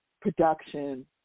production